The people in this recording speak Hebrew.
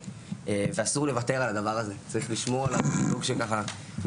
צריך לראות שהם גם קולטים אוכלוסיות